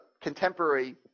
contemporary